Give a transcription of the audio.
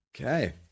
Okay